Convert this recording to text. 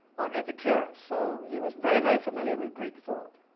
on epicurus, so he was very, very familiar with greek thought,